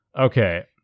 Okay